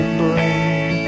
brain